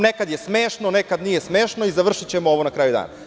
Nekad je smešno, nekad nije smešno i završićemo ovo na kraju dana.